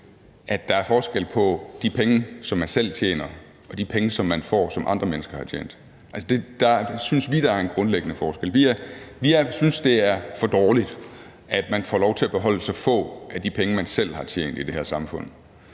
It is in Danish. at der er forskel på de penge, som man selv tjener, og de penge, som man får, og som andre mennesker har tjent. Der synes vi, der er en grundlæggende forskel. Vi synes, det er for dårligt, at man får lov til at beholde så få af de penge, man selv har tjent, i det her samfund.